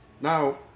Now